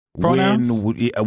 Pronouns